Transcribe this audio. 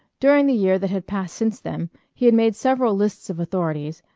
during the year that had passed since then, he had made several lists of authorities,